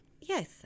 Yes